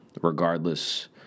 regardless